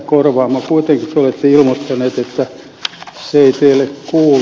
kuitenkin te olette ilmoittanut että se ei teille kuulu